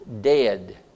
dead